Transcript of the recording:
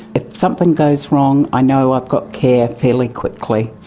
if something goes wrong i know i've got care fairly quickly.